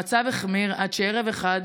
המצב החמיר עד שערב אחד,